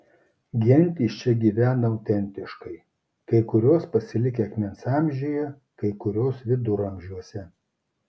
gentys čia gyvena autentiškai kai kurios pasilikę akmens amžiuje kai kurios viduramžiuose